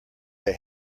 they